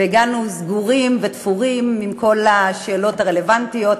והגענו סגורים ותפורים עם כל השאלות הרלוונטיות,